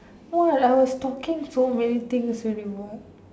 what I was talking so many things to you what